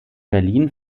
berlin